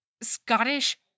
Scottish